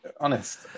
honest